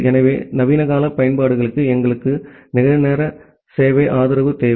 எனவே நவீன கால பயன்பாடுகளுக்கு எங்களுக்கு நிகழ்நேர சேவை ஆதரவு தேவை